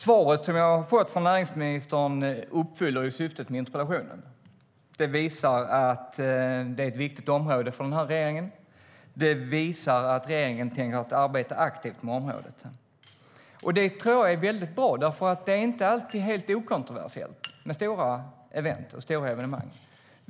Svaret jag har fått från näringsministern uppfyller syftet med interpellationen. Det visar att det är ett viktigt område för regeringen. Det visar att regeringen tänker arbeta aktivt med området. Det är bra, för det är inte alltid helt okontroversiellt med stora event och evenemang.